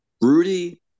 Rudy